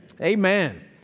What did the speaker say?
Amen